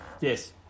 yes